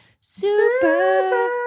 Super